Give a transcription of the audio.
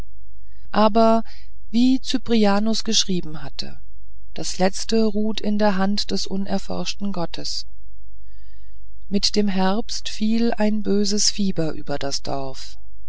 aber wie cyprianus geschrieben hatte das letzte ruht in der hand des unerforschten gottes mit dem herbst fiel ein böses fieber über das dorf